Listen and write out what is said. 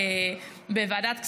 בוועדת הכספים.